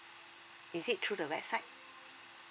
is it through the website